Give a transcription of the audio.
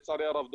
לצערי הרב,